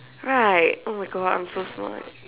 right oh my God I'm so smart